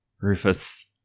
Rufus